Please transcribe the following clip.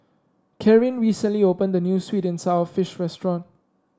Karyn recently opened a new sweet and sour fish restaurant